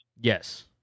Yes